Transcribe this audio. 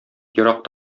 ерак